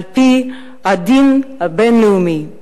על-פי הדין הבין-לאומי,